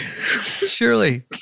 surely